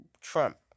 Trump